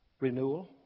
renewal